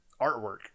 artwork